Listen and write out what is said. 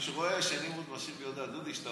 רואה שנמרוד משאיר לי הודעה: דודי,